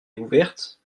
ouverte